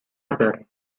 harder